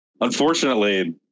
unfortunately